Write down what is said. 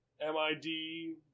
M-I-D